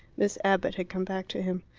miss abbott had come back to him.